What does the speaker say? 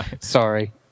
Sorry